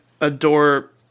adore